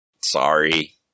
sorry